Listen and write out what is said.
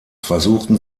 versuchten